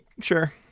Sure